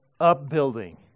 upbuilding